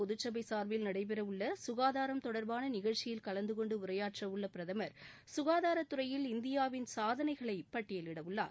பொதுச் சபை சார்பில் நடைபெற உள்ள சுகாதாரம் தொடர்பான நிகழ்ச்சியில் கலந்து கொண்டு உரையாற்ற உள்ள பிரதமர் சுகாதாரத்துறையில் இந்தியாவின் சாதனைகளை பட்டியலிட உள்ளார்